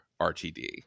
RTD